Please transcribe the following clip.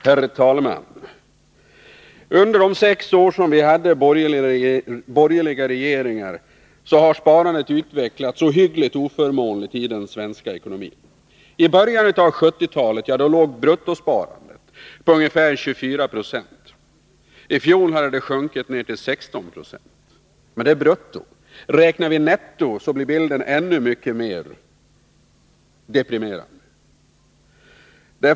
Herr talman! Under de sex år som vi hade borgerliga regeringar har sparandet i den svenska ekonomin utvecklats oförmånligt. Vid början av 1970-talet låg bruttosparandet på ungefär 24 96. I fjol hade det sjunkit till 16 20. Men det är brutto. Räknar vi ut nettosparandet blir bilden ännu mycket mera deprimerande.